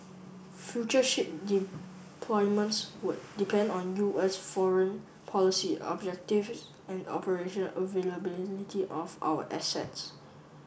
future ship deployments would depend on U S foreign policy objectives and operation availability of our assets